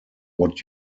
what